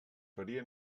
faria